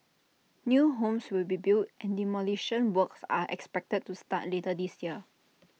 new homes will be built and demolition works are expected to start later this year